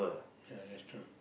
ya that's true